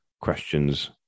questions